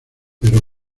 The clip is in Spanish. pero